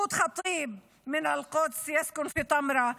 מחמוד ח'טיב מאל-קודס (אומרת